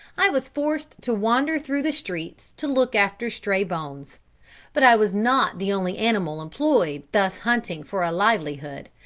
i was forced to wander through the streets to look after stray bones but i was not the only animal employed thus hunting for a livelihood,